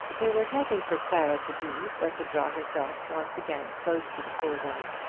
there was nothing for clara to do but to draw herself once again close to the poor woman,